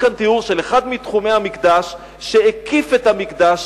יש כאן תיאור של אחד מתחומי המקדש שהקיף את המקדש,